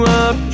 up